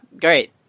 great